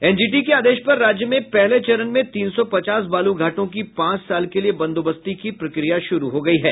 NGT के आदेश पर राज्य में पहले चरण में तीन सौ पचास बालू घाटों की पांच साल के लिए बंदोबस्ती की प्रक्रिया शुरू हो गयी है